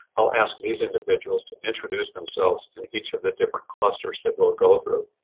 i'll ask these individuals to introduce themselves and each of the different clusters that we'll go through.